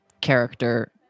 character